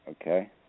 Okay